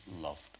loved